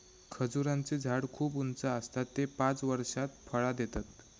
खजूराचें झाड खूप उंच आसता ते पांच वर्षात फळां देतत